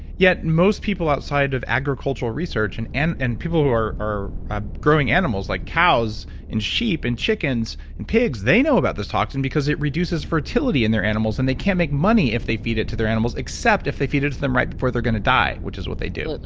yet, most people outside of agricultural research and and people who are are ah growing animals like cows and sheep, and chickens, and pigs, they know about this toxin because it reduces fertility in their animals and they can make money if they feed it to their animals except if they feed it to them right before they're going to die, which is what they do.